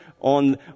on